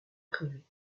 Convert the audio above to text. privée